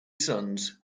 sons